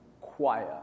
choir